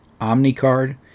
Omnicard